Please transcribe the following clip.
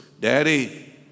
daddy